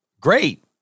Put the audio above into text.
great